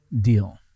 deal